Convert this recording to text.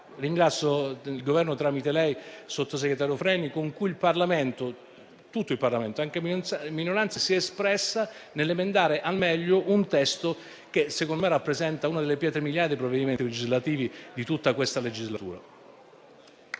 davvero il Governo, tramite il sottosegretario Freni, per la libertà con cui tutto il Parlamento, anche la minoranza, si è espresso nell'emendare al meglio un testo che - secondo me - rappresenta una delle pietre miliari di provvedimenti legislativi di tutta questa legislatura.